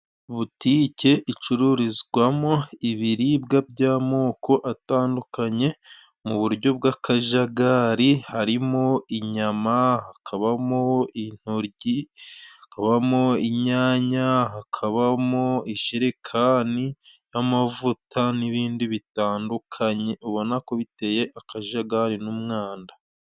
Butike icururizwamo ibiribwa by'amoko atandukanye mu buryo bw'akajagari, harimo inyama, hakabamo intoryi, hakabamo inyanya, hakabamo ijerekani y'amavuta n'ibindi bitandukanye, ubona ko biteye akajagari n'umwanda.